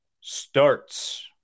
starts